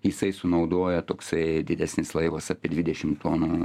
jisai sunaudoja toksai didesnis laivas apie dvidešim tonų